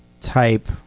type